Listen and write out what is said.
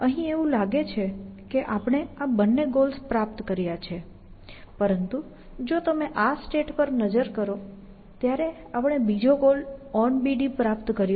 અહીં એવું લાગે છે કે આપણે આ બંને ગોલ્સ પ્રાપ્ત કર્યા છે પરંતુ જો તમે આ સ્ટેટ તરફ નજર નાખો જ્યારે આપણે બીજો ગોલ onBD પ્રાપ્ત કર્યો